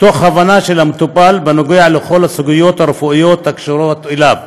תוך הבנה של המטופל את כל הסוגיות הרפואיות הקשורות אליו.